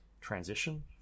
transition